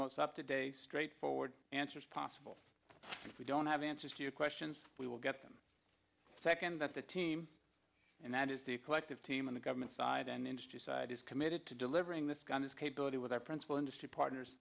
most up to date straightforward answers possible if we don't have answers to your questions we will get them second that the team and that is the collective team on the government's side and industry side is committed to delivering this kind of capability with our principal industry partners